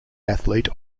athlete